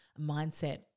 mindset